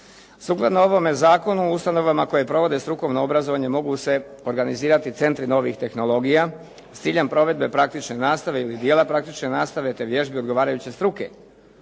Sukladno ovome zakonu, ustanovama koje provode strukovno obrazovanje mogu se organizirati centri novih tehnologija, s ciljem provedbe praktične nastave ili dijela praktične nastave te vježbe odgovarajuće struke.